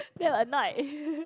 then will annoyed